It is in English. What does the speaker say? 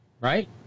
Right